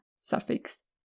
suffix